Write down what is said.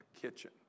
kitchen